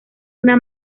una